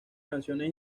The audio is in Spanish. canciones